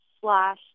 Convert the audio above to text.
slash